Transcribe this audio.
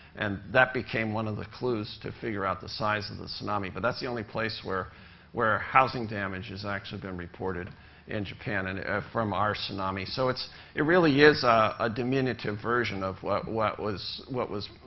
and that became one of the clues to figure out the size of the tsunami. but that's the only place where where housing damage has actually been reported in japan and ah from our tsunami. so it really is a diminutive version of what what was what was,